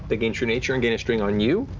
they gain true nature and gain a string on you,